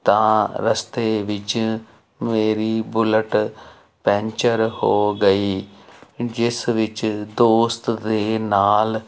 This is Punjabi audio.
ਤਾਂ ਰਸਤੇ ਵਿੱਚ ਮੇਰੀ ਬੁਲਟ ਪੈਂਚਰ ਹੋ ਗਈ ਜਿਸ ਵਿੱਚ ਦੋਸਤ ਦੇ ਨਾਲ